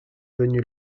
venu